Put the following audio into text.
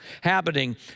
happening